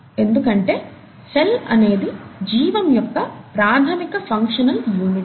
ఎందుకంటే సెల్ అనేది జీవం యొక్క ప్రాథమిక ఫంక్షనల్ యూనిట్